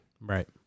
Right